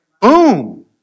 Boom